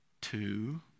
two